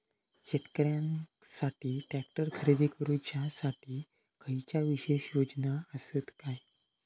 शेतकऱ्यांकसाठी ट्रॅक्टर खरेदी करुच्या साठी खयच्या विशेष योजना असात काय?